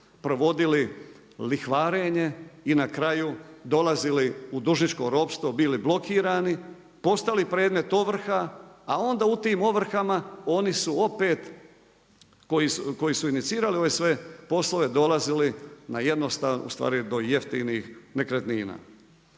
provodili lihvarenje i na kraju dolazili u dužničko ropstvo, bili blokirani, postali predmet ovrha a onda u tim ovrhama oni su opet koji su inicirali ove sve poslove, dolazili do jeftinih nekretnina.